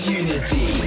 unity